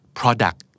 product